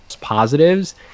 positives